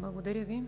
заповядайте.